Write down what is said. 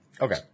Okay